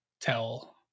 tell